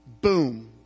Boom